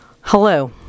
Hello